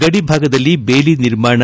ಗಡಿಭಾಗದಲ್ಲಿ ಬೇಲಿ ನಿರ್ಮಾಣ